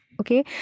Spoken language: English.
Okay